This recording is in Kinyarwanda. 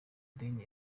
ideni